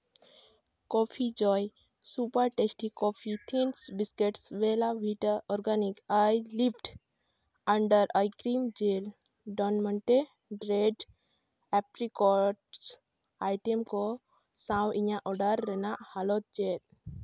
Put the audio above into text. coffee joy super tasty coffee things biscuit ᱵᱮᱞᱟ ᱵᱷᱤᱴᱟ organic eye lift under eye cream gel ᱰᱚᱱ ᱢᱚᱱᱴᱮ dried apricots item ᱠᱚ ᱥᱟᱵ ᱤᱧᱟᱹᱜ ᱚᱰᱟᱨ ᱨᱮᱱᱟᱜ ᱦᱟᱞᱚᱫ ᱪᱮᱫ